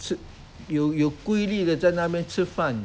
吃有规例的在那边吃饭